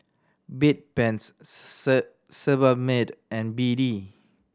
Bedpans Sebamed and B D